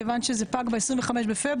כיוון שזה פג ב-25 בפברואר,